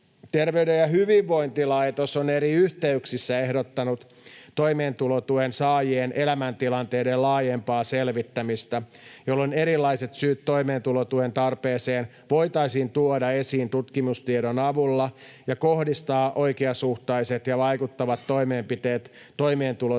Terveyden ja hyvinvoinnin laitos on eri yhteyksissä ehdottanut toimeentulotuen saajien elämäntilanteiden laajempaa selvittämistä, jolloin erilaiset syyt toimeentulotuen tarpeeseen voitaisiin tuoda esiin tutkimustiedon avulla ja kohdistaa oikeasuhtaiset ja vaikuttavat toimenpiteet